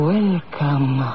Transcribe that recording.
Welcome